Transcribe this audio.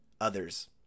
others